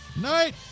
Night